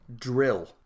drill